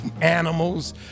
animals